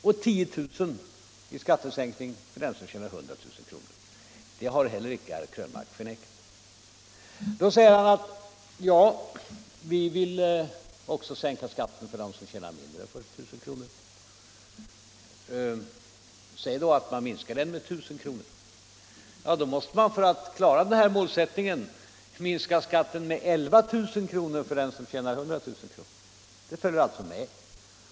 och 10000 kr. i skattesänkning för den som tjänar 100 000 kr. Det har herr Krönmark inte heller förnekat. Men då säger han: ”Vi vill också sänka skatten för den som tjänar mindre än 40000 kr.” Säg att man minskar den skatten med 1000 kr. Då måste man för att klara målsättningen minska skatten för den som tjänar 100 000 kr. med 11000 kr.